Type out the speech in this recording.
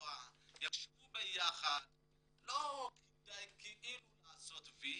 מקצוע לא כאילו כדי לעשות "וי".